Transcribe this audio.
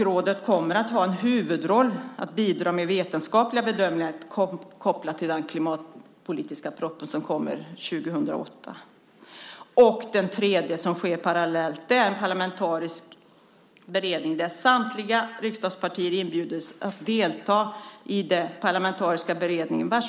Rådets huvudroll ska vara att bidra med vetenskapliga bedömningar kopplade till den klimatpolitiska proposition som kommer 2008. Det tredje initiativet är en parlamentarisk beredning där samtliga riksdagspartier inbjuds att delta.